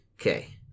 Okay